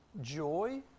joy